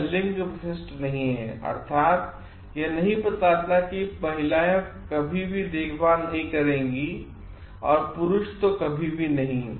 और यह लिंग विशिष्ट नहीं हैअर्थात यह नहीं बतलाता की महिलाएं कभी भी देखभाल नहीं करेंगी और पुरुष तो कभी भी नहीं